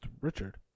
Richard